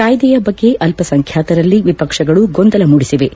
ಕಾಯ್ದೆಯ ಬಗ್ಗೆ ಅಲ್ಲಸಂಖ್ಯಾತರಲ್ಲಿ ವಿಪಕ್ಷಗಳು ಗೊಂದಲ ಮೂಡಿಸಿವೆ